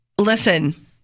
Listen